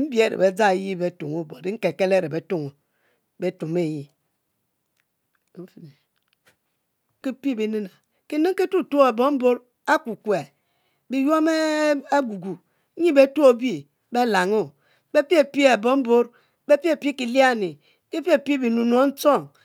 mbi a're bedzanyi betumo but enkelke ehe betunkuo betumoyi kinemem ki rum tuom abi mbuo akukue biyuom bepu, nyi betuo e'bu belaulmo, betuo tuo abo mbor bepie pie kiliani bepie pie binunug e'tong